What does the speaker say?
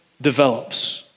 develops